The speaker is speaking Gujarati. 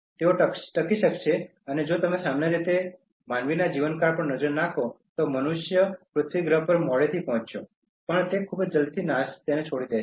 તેઓ ટકી શકશે અને જો તમે સામાન્ય રીતે માનવીના જીવનકાળ પર નજર નાખો તો મનુષ્ય પૃથ્વી ગ્રહ પર મોડેથી પહોંચ્યો અને તેને ખૂબ જ જલ્દીથી છોડી દેશે